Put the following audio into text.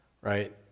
right